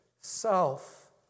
self